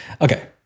Okay